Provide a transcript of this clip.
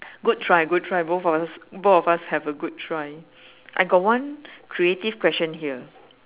good try good try both of us both of us have a good try I got one creative question here